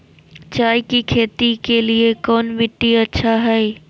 चाय की खेती के लिए कौन मिट्टी अच्छा हाय?